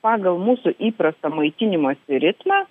pagal mūsų įprastą maitinimosi ritmą